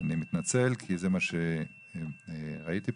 אני מתנצל, כי זה מה שראיתי פה.